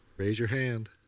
raise your hand.